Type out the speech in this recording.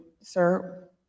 sir